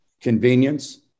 convenience